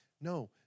No